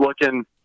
looking